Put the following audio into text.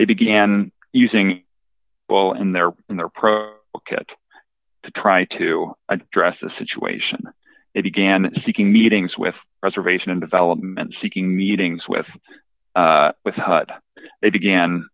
t began using ball in their in their pro kit to try to address the situation it began seeking meetings with reservation and development seeking meetings with with hud they began